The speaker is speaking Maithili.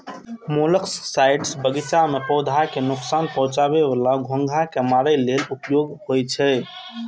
मोलस्कसाइड्स बगीचा मे पौधा कें नोकसान पहुंचाबै बला घोंघा कें मारै लेल उपयोग होइ छै